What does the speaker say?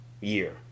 year